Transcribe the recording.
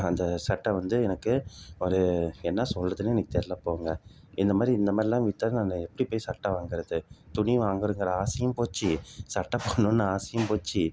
அந்த சட்டை வந்து எனக்கு ஒரு என்ன சொல்கிறதுன்னு எனக்கு தெரியல போங்க இந்த மாதிரி இந்த மாதிரிலாம் வித்தால் நாங்கள் எப்படி போய் சட்டை வாங்குறது துணி வாங்கணும்ங்கிற ஆசையும் போச்சு சட்டை போடணும்னு ஆசையும் போச்சு